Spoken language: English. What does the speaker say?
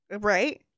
Right